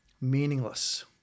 meaningless